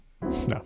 no